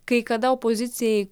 kai kada opozicijai